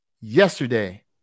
yesterday